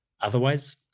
otherwise